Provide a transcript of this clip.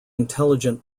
intelligent